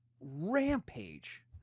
rampage